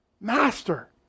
master